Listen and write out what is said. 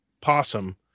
possum